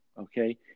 okay